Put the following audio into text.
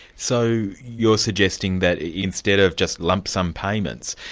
so you're suggesting that instead of just lump sum payments,